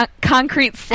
concrete